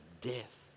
death